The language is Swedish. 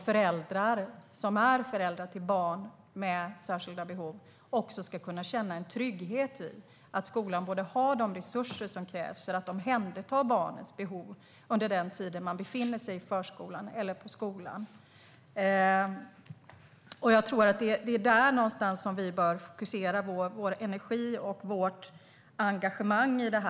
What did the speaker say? Föräldrarna till barn med särskilda behov ska också kunna känna en trygghet i att skolan har de resurser som krävs för att omhänderta barnets behov under tiden som de befinner sig i förskolan eller skolan. Det är där någonstans vi bör fokusera vår energi och vårt engagemang när det gäller